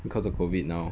because of COVID now